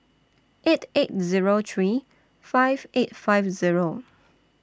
eight eight Zero three five eight five Zero